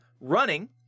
running